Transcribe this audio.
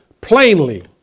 plainly